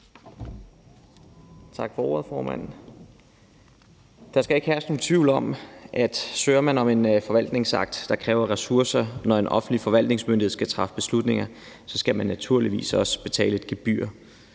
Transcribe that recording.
Tak for ordet, formand. Der skal ikke herske nogen tvivl om, at søger man om en forvaltningsakt, hvor det kræver ressourcer, når en offentlig forvaltningsmyndighed skal træffe beslutninger, så skal man naturligvis også betale et gebyr,